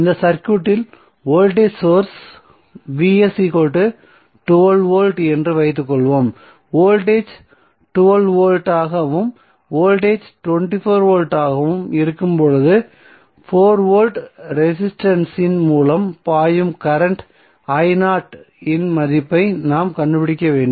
இந்த சர்க்யூட்டில் voltage source V என்று வைத்துக்கொள்வோம் வோல்டேஜ் 12 வோல்ட் ஆகவும் வோல்டேஜ் 24 வோல்ட் ஆகவும் இருக்கும்போது 4 ஓம் ரெசிஸ்டன்ஸ் இன் மூலம் பாயும் கரண்ட்ம் இன் மதிப்பை நாம் கண்டுபிடிக்க வேண்டும்